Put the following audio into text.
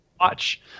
watch